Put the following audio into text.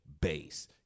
base